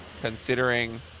considering